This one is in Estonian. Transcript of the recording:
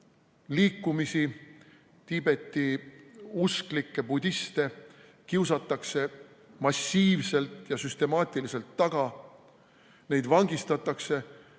usuliikumisi, Tiibeti usklikke budiste kiusatakse massiivselt ja süstemaatiliselt taga, neid vangistatakse.